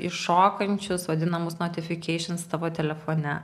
iššokančius vadinamus notifikeišins tavo telefone